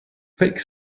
fake